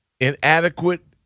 Inadequate